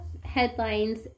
headlines